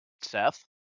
Seth